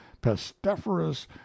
pestiferous